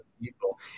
people